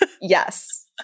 Yes